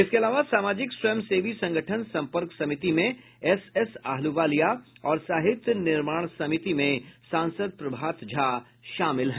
इसके अलावा सामाजिक स्वयं सेवी संगठन सम्पर्क समिति में एसएस आहलूवालिया और साहित्य निर्माण समिति में सांसद प्रभात झा शामिल हैं